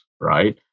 right